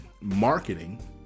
marketing